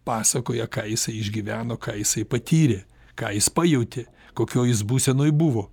pasakoja ką jisai išgyveno ką jisai patyrė ką jis pajautė kokioj jis būsenoj buvo